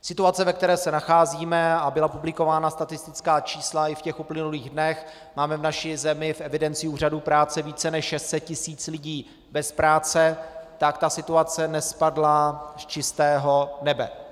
Situace, ve které se nacházíme a byla publikována statistická čísla i v uplynulých dnech, máme v naší zemi v evidenci úřadů práce více než 600 tisíc lidí bez práce , nespadla z čistého nebe.